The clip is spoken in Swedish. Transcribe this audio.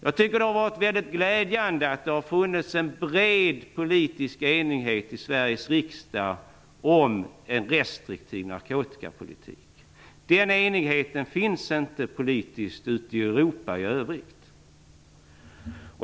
Jag tycker att det har varit väldigt glädjande att det har funnits en bred politisk enighet i Sveriges riksdag om en restriktiv narkotikapolitik. Den enigheten finns inte politiskt ute i Europa i övrigt.